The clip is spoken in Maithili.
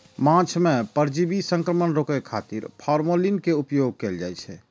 माछ मे परजीवी संक्रमण रोकै खातिर फॉर्मेलिन के उपयोग कैल जाइ छै